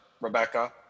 Rebecca